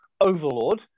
overlord